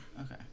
Okay